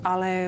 Ale